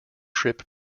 trip